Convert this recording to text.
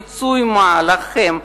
פיצוי-מה לכם,